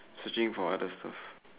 searching for other stuff